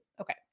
Okay